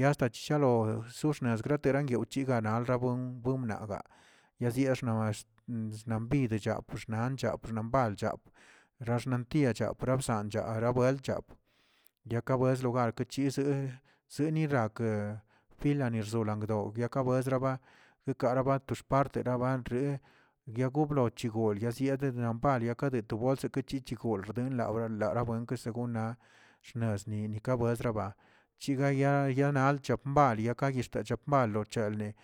ya hasta chichalo shishnar yeterega nalrabun naga yazii esnax xnan bide chaa xnan chap xnan alchap naꞌ xnandie paran azap arabuelcha yaka bues lugarke yize senirakə filari nasdon randok wesraba yikaraba to xpat raban ree yagoo bgol zidoo paliaka de to bod kechichigon xden laora lara buenke segonna xnezni ni kabuen chigana cheyalga chapma chiyaka axta chibmal wochalni.